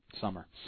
summer